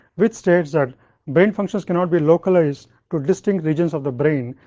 which states that brain functions cannot be localized to distinct regions of the brain,